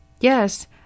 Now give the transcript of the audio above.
Yes